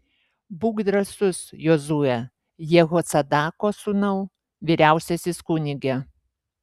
būk drąsus jozue jehocadako sūnau vyriausiasis kunige